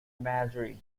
imagery